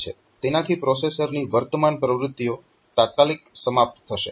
તેનાથી પ્રોસેસરની વર્તમાન પ્રવૃત્તિઓ તાત્કાલિક સમાપ્ત થશે